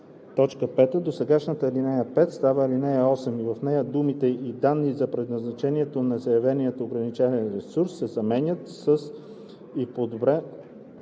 5. Досегашната ал. 5 става ал. 8 и в нея думите „и данни за предназначението на заявения ограничен ресурс“ се заменят с „и подробна